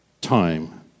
time